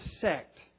sect